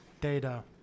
Data